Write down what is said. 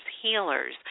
healers